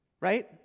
right